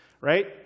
right